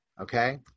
Okay